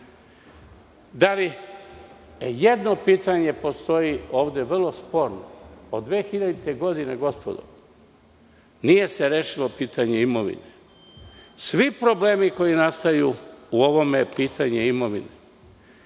para? Jedno pitanje postoji ovde vrlo sporno. Od 2000. godine, gospodo, nije se rešilo pitanje imovine. Svi problemi koji nastaju u ovome je pitanje imovine.